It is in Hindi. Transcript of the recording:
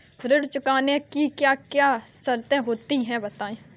ऋण चुकौती की क्या क्या शर्तें होती हैं बताएँ?